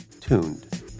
TUNED